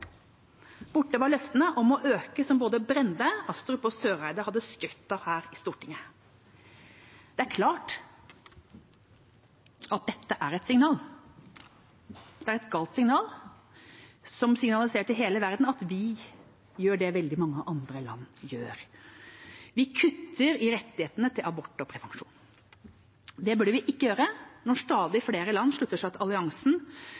Borte var løftene om å øke som både Brende, Astrup og Søreide hadde skrytt av her i Stortinget. Det er klart at dette er et signal. Det er et galt signal som signaliserer til hele verden at vi gjør det veldig mange andre land gjør: Vi kutter i rettighetene til abort og prevensjon. Det burde vi ikke gjøre når stadig flere slutter seg til alliansen